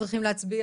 אני לא תוקע.